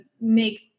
make